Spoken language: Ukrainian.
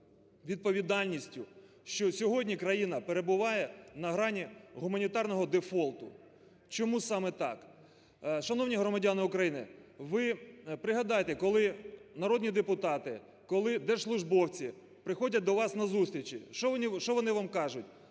відповідальністю, що сьогодні країна перебуває на грані гуманітарного дефолту. Чому саме так? Шановні громадяни України, ви пригадайте, коли народні депутати, коли держслужбовці приходять до вас на зустрічі, що вони вам кажуть.